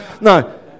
no